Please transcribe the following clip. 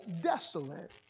desolate